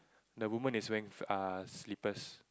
the woman is wearing uh slippers